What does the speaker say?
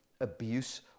abuse